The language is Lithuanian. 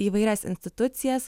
įvairias institucijas